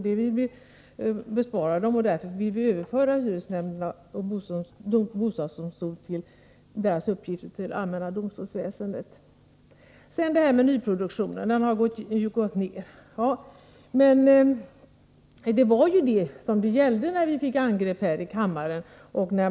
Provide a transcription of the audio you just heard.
Vi vill bespara dem det och vill därför överföra hyresnämndernas och bostadsdomstolens uppgifter till allmänna domstolsväsendet. Sedan till frågan om nyproduktionen, som har gått ned. Det var det vi angreps för i valrörelsen.